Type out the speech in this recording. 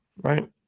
Right